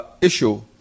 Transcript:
issue